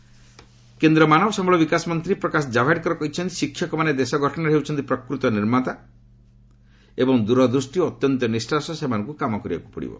ଜାଭଡେକର କେନ୍ଦ୍ର ମାନବ ସମ୍ଭଳ ବିକାଶ ମନ୍ତ୍ରୀ ପ୍ରକାଶ କାଭଡେକର କହିଛନ୍ତି ଶିକ୍ଷକମାନେ ଦେଶ ଗଠନରେ ହେଉଛନ୍ତି ପ୍ରକୃତ ନିର୍ମାତା ଏବଂ ଦୂରଦୂଷ୍ଟି ଅତ୍ୟନ୍ତ ନିଷ୍ଠାର ସହ ସେମାନଙ୍କୁ କାମ କରିବାକୁ ପଡ଼ିବ